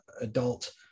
adult